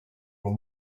will